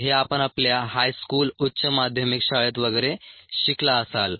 हे आपण आपल्या हायस्कूल उच्च माध्यमिक शाळेत वगैरे शिकला असाल